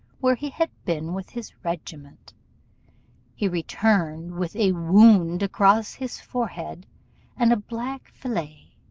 where he had been with his regiment he returned with a wound across his forehead and a black fillet,